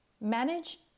Manage